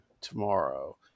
tomorrow